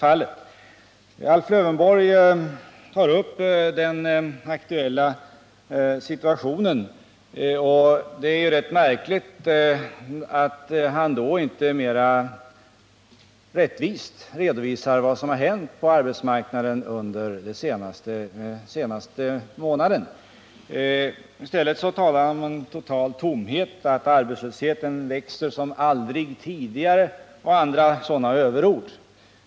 Alf Lövenborg tar upp den aktuella situationen när det gäller sysselsättningen. Det är ganska märkligt att han då inte mera rättvist redovisar vad som hänt på arbetsmarknaden under den senaste månaden. I stället talar han om total tomhet och om att arbetslösheten växer som aldrig tidigare och tar till andra överord.